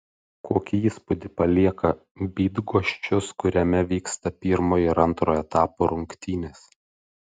kokį įspūdį palieka bydgoščius kuriame vyksta pirmo ir antro etapo rungtynės